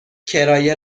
کرایه